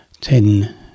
Ten